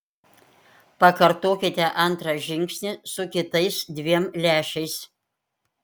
pakartokite antrą žingsnį su kitais dviem lęšiais